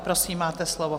Prosím, máte slovo.